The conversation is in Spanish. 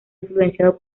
influenciado